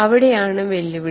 അവിടെയാണ് വെല്ലുവിളി